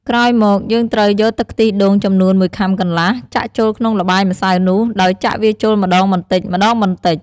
ក្រោយមកយើងត្រូវយកទឹកខ្ទិះដូងចំនួន១ខាំកន្លះ ចាក់ចូលក្នុងល្បាយម្សៅនោះ ដោយចាក់វាចូលម្ដងបន្តិចៗ។